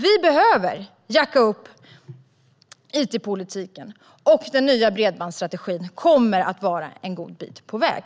Vi behöver "jacka upp" it-politiken, och den nya bredbandsstrategin kommer att vara en god bit på väg.